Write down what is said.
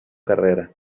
carrera